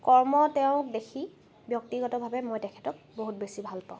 কৰ্ম তেওঁৰ দেখি ব্যক্তিগতভাৱে মই তেখেতক বহুত বেছি ভাল পাওঁ